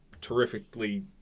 terrifically